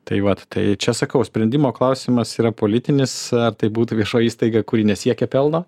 tai vat tai čia sakau sprendimo klausimas yra politinis ar tai būtų viešoji įstaiga kuri nesiekia pelno